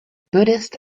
buddhist